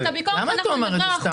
למה אתה אומר את זה סתם?